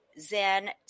Zen